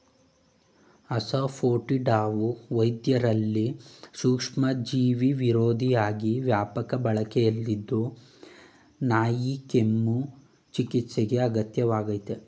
ಅಸಾಫೋಟಿಡಾವು ವೈದ್ಯದಲ್ಲಿ ಸೂಕ್ಷ್ಮಜೀವಿವಿರೋಧಿಯಾಗಿ ವ್ಯಾಪಕ ಬಳಕೆಯಲ್ಲಿದ್ದು ನಾಯಿಕೆಮ್ಮು ಚಿಕಿತ್ಸೆಗೆ ಅಗತ್ಯ ವಾಗಯ್ತೆ